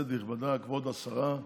כנסת נכבדה, כבוד השרה,